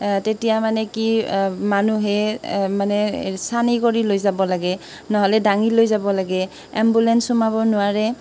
তেতিয়া মানে কি মানুহে মানে চাঙি কৰি লৈ যাব লাগে নহ'লে দাঙি লৈ যাব লাগে এম্বুলেন্স সোমাব নোৱাৰে